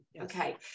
Okay